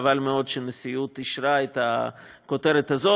חבל מאוד שהנשיאות אישרה את הכותרת הזאת.